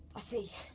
i see,